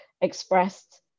expressed